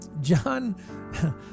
John